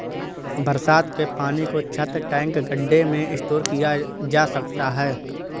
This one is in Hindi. बरसात के पानी को छत, टैंक, गढ्ढे में स्टोर किया जा सकता है